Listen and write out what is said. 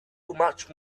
much